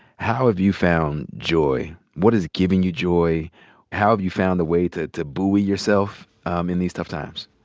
how have you found joy? what is giving you joy? how have you found the way to to buoy yourself um in these tough times?